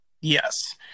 Yes